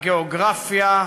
הגיאוגרפיה,